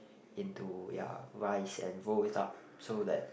into ya rice and roll it up so that